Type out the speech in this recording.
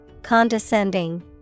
Condescending